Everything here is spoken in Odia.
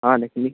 ହଁ ଲେଖିଲି